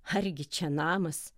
argi čia namas